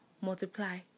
multiply